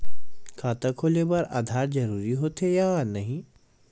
खाता खोले बार आधार जरूरी हो थे या नहीं?